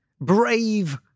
brave